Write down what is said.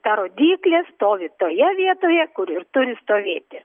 ta rodyklė stovi toje vietoje kur ir turi stovėti